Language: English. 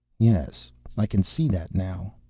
yes i can see that now.